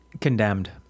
Condemned